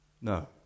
No